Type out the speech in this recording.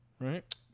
Right